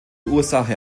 ursache